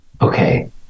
okay